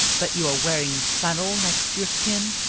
that you are wearing flannel next your skin.